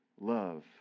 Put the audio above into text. love